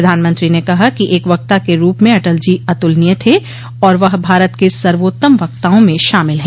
प्रधानमंत्री ने कहा कि एक वक्ता के रूप में अटल जी अतुलनीय थे और वह भारत के सर्वोत्तम वक्ताओं में शामिल हैं